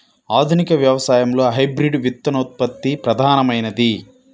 ఆధునిక వ్యవసాయంలో హైబ్రిడ్ విత్తనోత్పత్తి ప్రధానమైనది